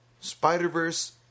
Spider-Verse